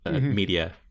media